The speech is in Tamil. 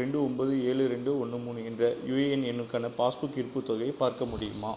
ரெண்டு ஒன்போது ஏழு ரெண்டு ஒன்று மூணு என்ற யூஏஎன் எண்ணுக்கான பாஸ்புக் இருப்புத் தொகையை பார்க்க முடியுமா